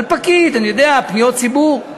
על פקיד פניות ציבור.